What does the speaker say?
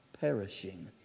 perishing